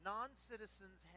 Non-citizens